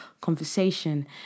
conversation